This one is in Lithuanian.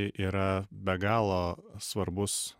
i yra be galo svarbus